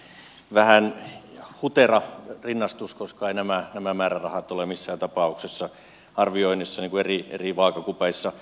minusta se on vähän hutera rinnastus koska eivät nämä määrärahat ole missään tapauksessa arvioinnissa eri vaakakupeissa